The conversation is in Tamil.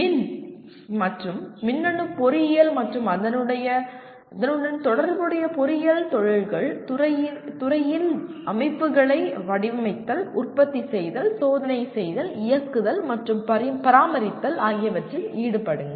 மின் மற்றும் மின்னணு பொறியியல் மற்றும் அதனுடன் தொடர்புடைய பொறியியல் தொழில்கள் துறையில் அமைப்புகளை வடிவமைத்தல் உற்பத்தி செய்தல் சோதனை செய்தல் இயக்குதல் மற்றும் பராமரித்தல் ஆகியவற்றில் ஈடுபடுங்கள்